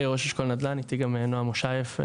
ההתיישבות היא ערך,